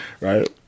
right